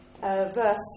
verse